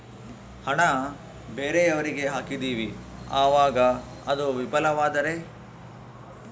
ಹಣ ಬೇರೆಯವರಿಗೆ ಹಾಕಿದಿವಿ ಅವಾಗ ಅದು ವಿಫಲವಾದರೆ?